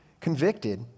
convicted